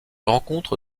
rencontre